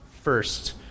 first